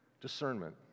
discernment